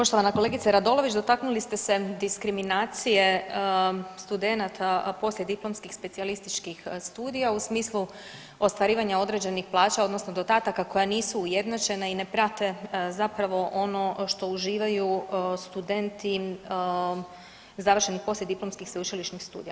Poštovana kolegice Radolović, dotaknuli ste se diskriminacije studenata poslijediplomskih specijalističkih studija u smislu ostvarivanja određenih plaća odnosno dodataka koja nisu ujednačena i ne prate zapravo ono što uživaju studenti završenih poslijediplomskih sveučilišnih studija.